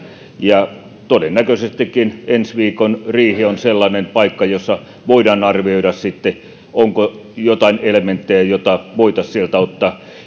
todennäköisestikin ensi viikon riihi on sellainen paikka jossa voidaan sitten arvioida onko joitain elementtejä joita voitaisiin sieltä ottaa